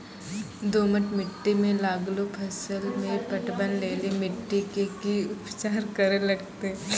दोमट मिट्टी मे लागलो फसल मे पटवन लेली मिट्टी के की उपचार करे लगते?